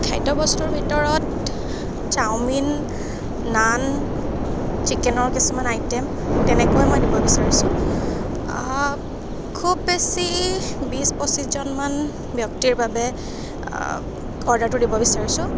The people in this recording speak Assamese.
খাদ্য বস্তুৰ ভিতৰত চাওমিন নান চিকেনৰ কিছুমান আইটেম তেনেকৈ মই দিব বিচাৰিছোঁ খুব বেছি বিছ পঁচিছজনমান ব্যক্তিৰ বাবে অৰ্ডাৰটো দিব বিচাৰিছোঁ